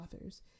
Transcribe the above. authors